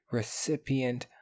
recipient